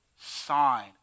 sign